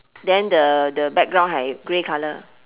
then the the background hai grey colour